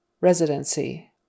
Residency